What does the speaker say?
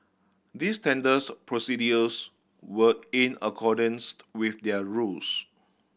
these tenders procedures were in accordance with they are rules